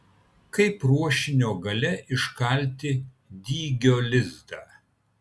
kaip ruošinio gale iškalti dygio lizdą